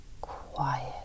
quiet